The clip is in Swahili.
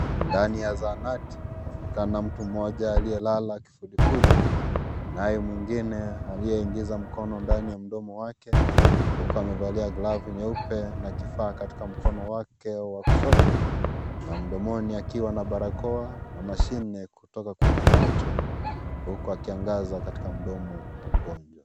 Ndani ya zahanati, kunaonekana mtu mmoja aliyelala kifudifudi, naye mwingine aliyeingiza mkono ndani ya mdomo wake, huku amevalia glavu nyeupe na kifaa katika mkono wake wa kushoto. Na mdomoni akiwa na barakoa na mashine kutoka kwenye macho, huku akiangaza katika mdomo wa mgonjwa.